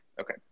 Okay